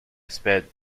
sped